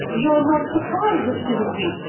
you're not surprised that he would win.